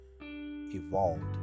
evolved